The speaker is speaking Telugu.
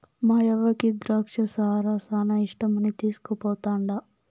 మాయవ్వకి ద్రాచ్చ సారా శానా ఇష్టమని తీస్కుపోతండా